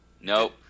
Nope